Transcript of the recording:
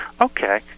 Okay